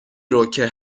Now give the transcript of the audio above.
روکه